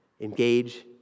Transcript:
engage